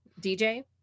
DJ